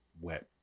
wet